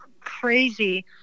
crazy